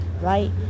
Right